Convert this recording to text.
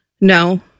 No